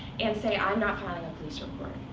and say, i'm not filing a police report.